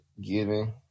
giving